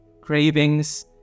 cravings